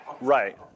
Right